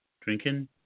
drinking